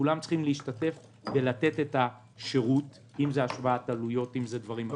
וכולם צריכים להשתתף במתן שירות השוואת עלויות או דברים אחרים.